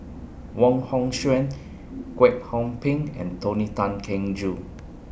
Wong Hong Suen Kwek Hong Png and Tony Tan Keng Joo